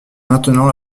maintenant